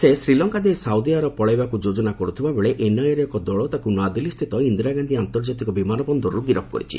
ସେ ଶ୍ରୀଲଙ୍କା ଦେଇ Saudi Arab ପଳାଇଯିବାକୁ ଯୋଜନା କରୁଥିବା ବେଳେ ଏନ୍ଆଇଏର ଏକ ଦଳ ତାକୁ ନୂଆଦିଲ୍ଲୀସ୍ଥିତ ଇନ୍ଦିରାଗାନ୍ଧୀ ଆନ୍ତର୍ଜାତିକ ବିମାନ ବନ୍ଦରର୍ ଗିରଫ କରିଛି